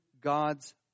God's